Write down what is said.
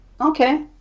Okay